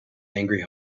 angry